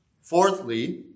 Fourthly